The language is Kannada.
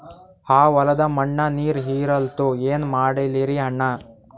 ಆ ಹೊಲದ ಮಣ್ಣ ನೀರ್ ಹೀರಲ್ತು, ಏನ ಮಾಡಲಿರಿ ಅಣ್ಣಾ?